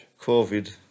COVID